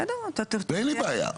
אין לי בעיה.